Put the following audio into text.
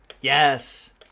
Yes